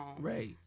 Right